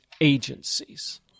agencies